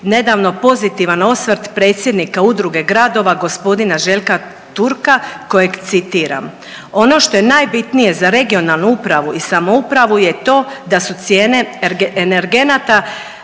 nedavno pozitivan osvrt predsjednika udruge gradova gospodina Željka Turka kojeg citiram. Ono što je najbitnije za regionalnu upravu i samoupravu je to da su cijene energenata